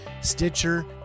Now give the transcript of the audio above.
Stitcher